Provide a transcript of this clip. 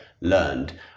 learned